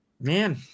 man